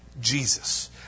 Jesus